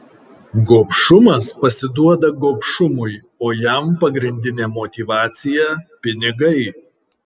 gobšumas pasiduoda gobšumui o jam pagrindinė motyvacija pinigai